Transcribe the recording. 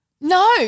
No